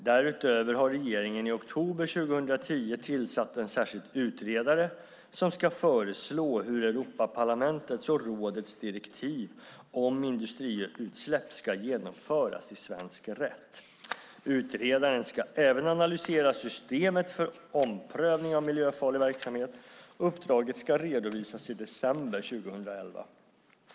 Därutöver har regeringen i oktober 2010 tillsatt en särskild utredare som ska föreslå hur Europaparlamentets och rådets direktiv om industriutsläpp ska genomföras i svensk rätt. Utredaren ska även analysera systemet för omprövning av miljöfarlig verksamhet. Uppdraget ska redovisas i december 2011.